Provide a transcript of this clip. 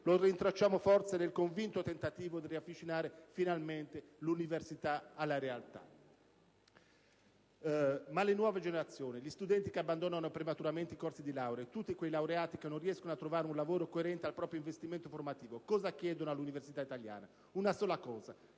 lo rintracciamo forse nel convinto tentativo di riavvicinare finalmente l'università alla realtà. Le nuove generazioni, gli studenti che abbandonano prematuramente i corsi di laurea, e tutti quei laureati che non riescono a trovare un lavoro coerente al proprio investimento formativo chiedono all'università italiana una sola cosa: